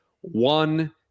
One